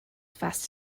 fast